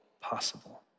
possible